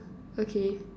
okay